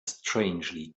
strangely